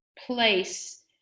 place